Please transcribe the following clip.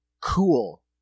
Cool